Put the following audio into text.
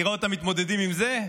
נראה אותם מתמודדים עם זה,